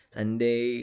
Sunday